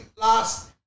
last